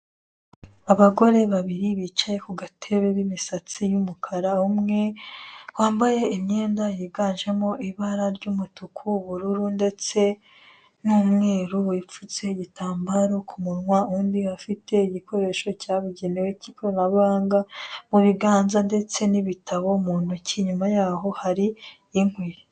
Abagore babiri bicaye ku gatebe b'imisasti y'umukara umwe, wambaye imyenda yiganjemo ibara ry'umutuku, ubururu ndetse n'umweru wipfunse igitambaro ku munwa undi afite igikoresho cya bugenewe cy'ikoranabuhanga, mu biganza ndetse n'ibitabo mu ntoki inyuma yaho hari inkwi.